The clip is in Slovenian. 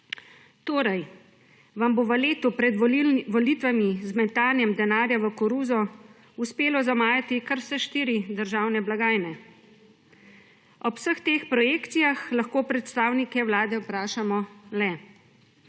torej v letu pred volitvami z metanjem denarja v koruzo uspelo zamajati ker vse štiri državne blagajne? Ob vseh teh projekcijah lahko predstavnike Vlade vprašamo le,